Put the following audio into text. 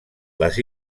les